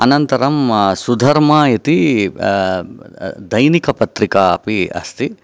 अनन्तरं सुधर्मा इति दैनिकपत्रिका अपि अस्ति